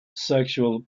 sexual